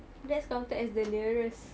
that's counted as the nearest